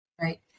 Right